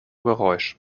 geräusch